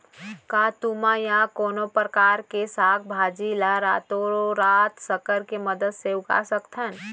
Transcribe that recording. का तुमा या कोनो परकार के साग भाजी ला रातोरात संकर के मदद ले उगा सकथन?